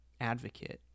advocate